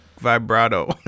vibrato